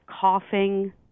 coughing